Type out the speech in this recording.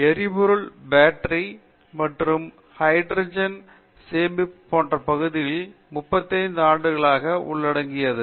எரிபொருள் செல்கள் பேட்டரிகள் மற்றும் ஹைட்ரஜன் சேமிப்பு போன்ற பகுதிகளை 35 ஆண்டுகளாக உள்ளடக்கியது